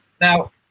Now